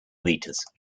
litres